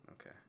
okay